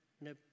no